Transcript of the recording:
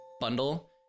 bundle